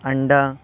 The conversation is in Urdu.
انڈا